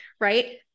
Right